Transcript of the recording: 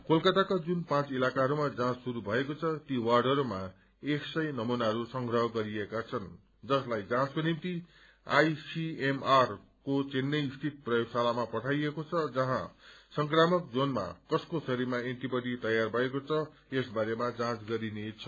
कलकताका जुन पाँच इलाकाहरूमा जाँच शुरू भएको छ ती वार्डहरूमा एक सय नमूनाहरू संग्रह गरिएका छन् जसलाई जाँचको निम्ति आईसीएमआर को चेत्रईसित प्रयोगशालामा पठाइएको छ जहाँ संक्रामक जोनमा कसको शरीरमा एण्टीबडी तयार भएको छ यस बारेमा जाँच गरिनेछ